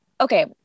okay